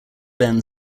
ben